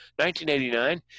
1989